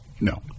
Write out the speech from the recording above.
No